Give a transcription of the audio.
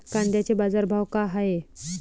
कांद्याचे बाजार भाव का हाये?